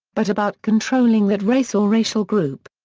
but about controlling that race or racial group.